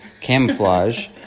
camouflage